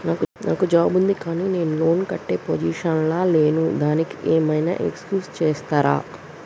నాకు జాబ్ ఉంది కానీ నేను లోన్ కట్టే పొజిషన్ లా లేను దానికి ఏం ఐనా ఎక్స్క్యూజ్ చేస్తరా?